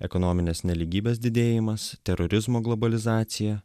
ekonominės nelygybės didėjimas terorizmo globalizacija